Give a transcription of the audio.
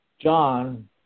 John